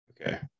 Okay